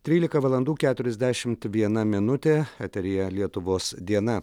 trylika valandų keturiasdešimt viena minutė eteryje lietuvos diena